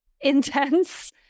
intense